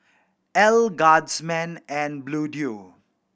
Elle Guardsman and Bluedio